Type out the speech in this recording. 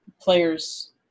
players